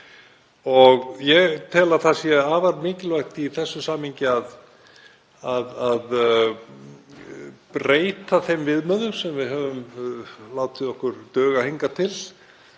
Ég tel að það sé afar mikilvægt í þessu samhengi að breyta þeim viðmiðum sem við höfum látið okkur duga hingað til,